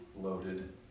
loaded